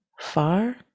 Far